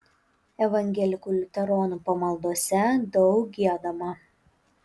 evangelikų liuteronų pamaldose daug giedama